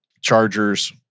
chargers